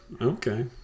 okay